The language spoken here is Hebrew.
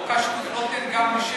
חוק השבות נותן גם מי,